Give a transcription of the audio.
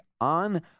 on